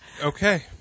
okay